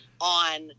on